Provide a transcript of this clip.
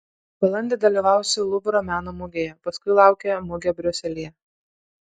balandį dalyvausiu luvro meno mugėje paskui laukia mugė briuselyje